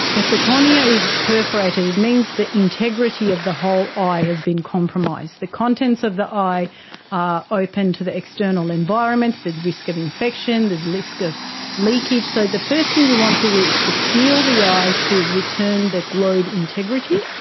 if the cornea is perforated, it means the integrity of the whole eye has been compromised. the contents of the eye are open to the external environment, there is a risk of infection, there's a risk of leakage. so the first thing we want to do is to seal the eye to return the globe integrity.